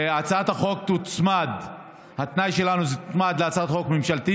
התנאי שלנו הוא שהצעת החוק תוצמד להצעת חוק ממשלתית.